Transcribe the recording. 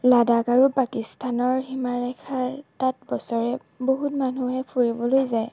লাডাখ আৰু পাকিস্থানৰ সীমাৰেখাৰ তাত বছৰে বহুত মানুহে ফুৰিবলৈ যায়